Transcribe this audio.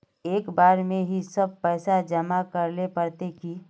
एक बार में ही सब पैसा जमा करले पड़ते की?